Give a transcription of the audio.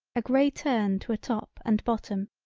a grey turn to a top and bottom,